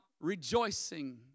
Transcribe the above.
rejoicing